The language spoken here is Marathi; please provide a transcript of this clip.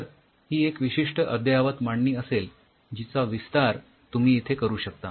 तर ही एक विशिष्ठ अद्ययावत मांडणी असेल जीचा विस्तार तुम्ही इथे करू शकता